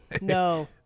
No